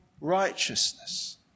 righteousness